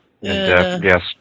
Yes